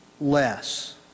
less